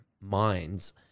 Minds